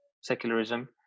secularism